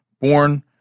born